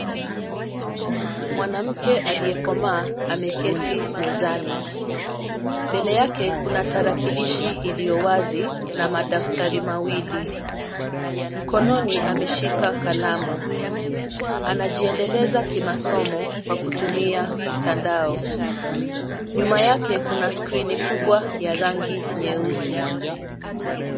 Mwanamke aliyekomaa ameketi mezani. Mbele yake kuna tarakilishi iliyo wazi na madaftari mawili. Mkononi ameshika kalamu. Anajiendeleza kimasomo kwa kutumia mtandao. Nyuma yake kuna skrini kubwa ya rangi nyeusi.